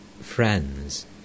friends